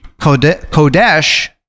kodesh